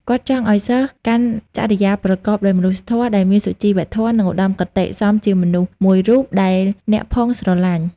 គាត់ចង់ឲ្យសិស្សកាន់ចរិយាប្រកបដោយមនុស្សធម៌ ដែលមានសុជីវធម៌ និងឧត្ដមគតិ សមជាមនុស្សមួយរូបដែលអ្នកផងស្រលាញ់ ។